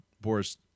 Boris